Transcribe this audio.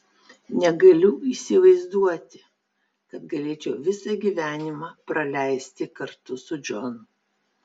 negaliu įsivaizduoti kad galėčiau visą gyvenimą praleisti kartu su džonu